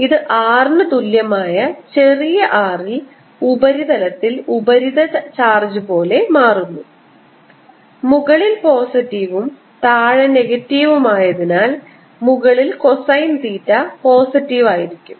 ഇത് R ന് തുല്യമായ ചെറിയ r ൽ ഉപരിതലത്തിൽ ഉപരിതല ചാർജ് പോലെ മാറുന്നു മുകളിൽ പോസിറ്റീവും താഴെ നെഗറ്റീവും ആയതിനാൽ മുകളിൽ കൊസൈൻ തീറ്റ പോസിറ്റീവ് ആയിരിക്കും